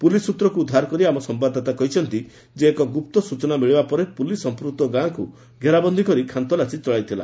police ସୃତ୍ରକୁ ଉଦ୍ଧାର କରି ଆମ ସମ୍ଭାଦଦାତା କହିଛନ୍ତି ଯେ ଏକ ଗୁପ୍ତ ସୂଚନା ମିଳିବା ପରେ ପୁଲିସ୍ ସମ୍ପ୍ରକ୍ତ ଗାଁକୁ ଘେରା ବନ୍ଦୀ କରି ଖାନତଲାସୀ ଚଳାଇଥିଲା